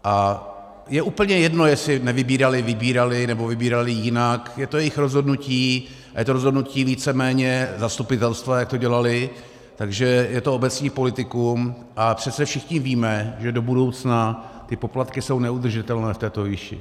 A je úplně jedno, jestli nevybíraly, vybíraly nebo vybíraly jinak, je to jejich rozhodnutí a je to rozhodnutí víceméně zastupitelstva, jak to dělalo, takže je to obecních politiků, a přece všichni víme, že do budoucna ty poplatky jsou neudržitelné v této výši.